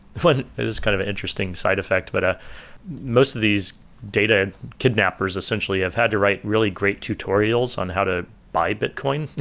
but it is an kind of interesting side effect, but most of these data kidnappers essentially have had to write really great tutorials on how to buy bitcoin,